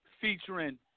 featuring